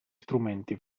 strumenti